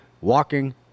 walking